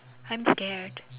I'm scared